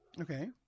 Okay